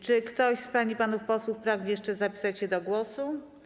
Czy ktoś z pań i panów posłów pragnie jeszcze zapisać się do głosu?